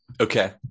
okay